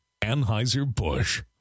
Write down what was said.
Anheuser-Busch